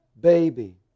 baby